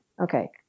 Okay